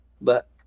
but-